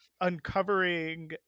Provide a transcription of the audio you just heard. uncovering